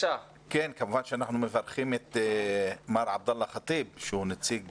כמובן שאנחנו מברכים את מר עבדאללה חטיב שהוא נציג